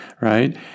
right